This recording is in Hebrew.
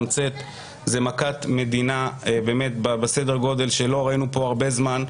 שזו מכת מדינה בסדר גודל שלא ראינו פה הרבה זמן.